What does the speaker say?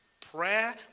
Prayer